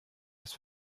das